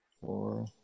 four